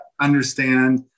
understand